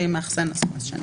ואם מאחסן קנה שני.